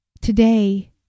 today